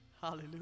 Hallelujah